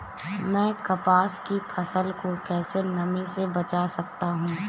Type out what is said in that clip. मैं कपास की फसल को कैसे नमी से बचा सकता हूँ?